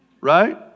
Right